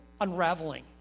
unraveling